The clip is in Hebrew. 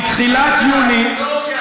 בתחילת יוני, איפה למדת היסטוריה?